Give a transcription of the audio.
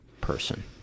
person